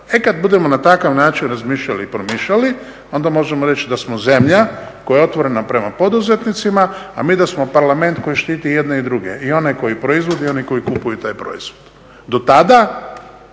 E kada budemo na takav način razmišljali i promišljali onda možemo reći da smo zemlja koja je otvorena prema poduzetnicima, a mi da smo Parlament koji štiti i jedne i druge, i one koji proizvode i oni koji kupuju taj proizvod.